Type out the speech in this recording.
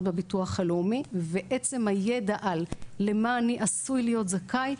בביטוח הלאומי ועצם הידע על למה אני עשוי להיות זכאי,